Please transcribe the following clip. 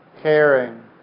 caring